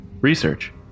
Research